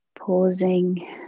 pausing